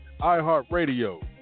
iHeartRadio